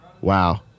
Wow